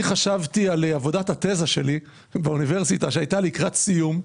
אני חשבתי על עבודת התזה שלי באוניברסיטה שהייתה לקראת סיום,